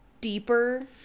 deeper